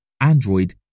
Android